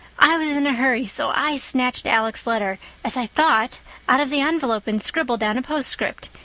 i was in a hurry, so i snatched alec's letter as i thought out of the envelope and scribbled down a postscript.